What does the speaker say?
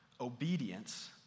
Obedience